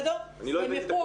מפה,